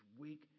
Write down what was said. weak